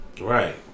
Right